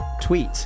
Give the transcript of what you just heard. tweet